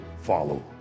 follow